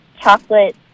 chocolate